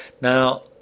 Now